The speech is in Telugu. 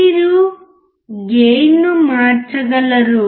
మీరు గెయిన్ ను మార్చగలరు